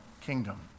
kingdom